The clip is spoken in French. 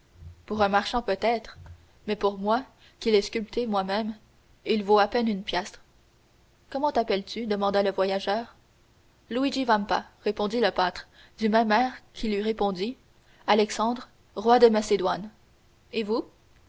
pour un marchand peut-être mais pour moi qui l'ai sculpté moi-même il vaut à peine une piastre comment t'appelles-tu demanda le voyageur luigi vampa répondit le pâtre du même air qu'il eût répondu alexandre roi de macédoine et vous